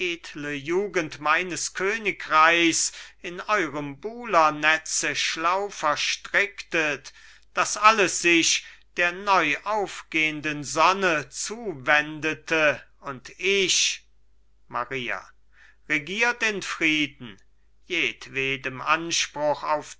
jugend meines königreichs in eurem buhlernetze schlau verstricktet daß alles sich der neu aufgehnden sonne zuwendetet und ich maria regiert in frieden jedwedem anspruch auf